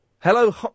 Hello